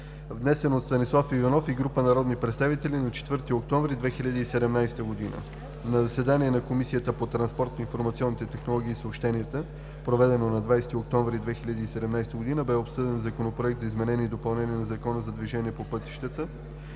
внесен от Станислав Иванов и група народни представители на 4 октомври 2017 г. На заседание на Комисията по транспорт, информационните технологии и съобщенията, проведено на 20 октомври 2017 г., бе обсъден Законопроект за изменение и допълнение на Закона за движение по пътищата,